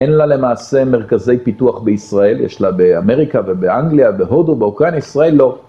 אין לה למעשה מרכזי פיתוח בישראל, יש לה באמריקה ובאנגליה, בהודו, באוקראינה, ישראל לא.